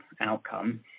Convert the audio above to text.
outcome